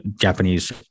Japanese